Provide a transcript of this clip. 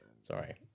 Sorry